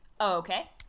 Okay